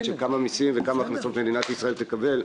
של כמה מיסים וכמה הכנסות מדינת ישראל תקבל.